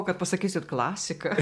kad pasakysit klasika